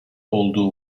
olduğu